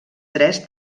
tres